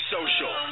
Social